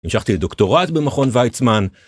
המשכתי לדוקטורט במכון ויצמן